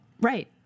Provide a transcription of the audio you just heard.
Right